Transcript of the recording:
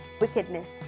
wickedness